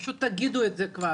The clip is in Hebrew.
פשוט תגידו את זה כבר.